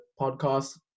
podcast